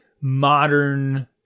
modern